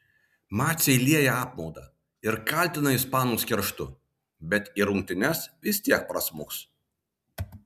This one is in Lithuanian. maciai lieja apmaudą ir kaltina ispanus kerštu bet į rungtynes vis tiek prasmuks